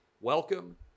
Welcome